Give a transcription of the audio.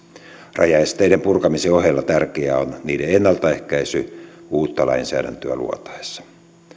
rajaesteiden purkamisen ohella tärkeää on niiden ennaltaehkäisy uutta lainsäädäntöä luotaessa